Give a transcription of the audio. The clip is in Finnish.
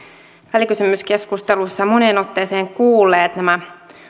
välikysymyskeskustelussa moneen otteeseen kuulleet nämä